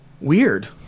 Weird